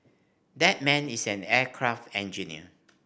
that man is an aircraft engineer